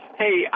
hey